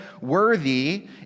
Worthy